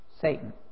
Satan